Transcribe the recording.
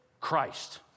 Christ